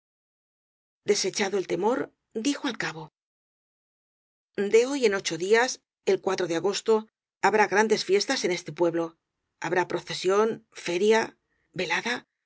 desechado el temor dijo al cabo de hoy en ocho días el de agosto habrá grandes fiestas en este pueblo habrá procesión feria velada